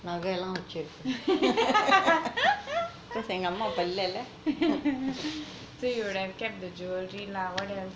so you would have kept the jewelry what else